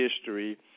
history